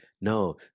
No